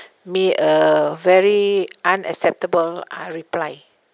me a very unacceptable uh reply